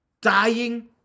dying